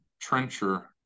trencher